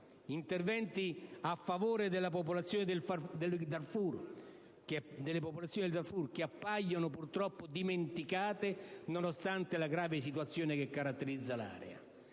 Interventi a favore delle popolazioni del Darfur, che appaiono purtroppo dimenticate nonostante la grave situazione che caratterizza l'area.